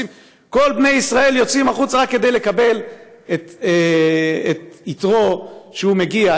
כל בני ישראל יוצאים החוצה רק כדי לקבל את יתרו כשהוא מגיע.